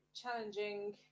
challenging